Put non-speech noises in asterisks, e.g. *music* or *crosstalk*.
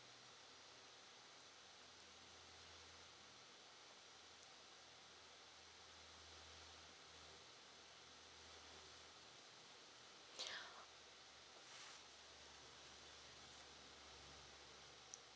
*breath*